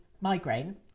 migraine